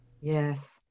yes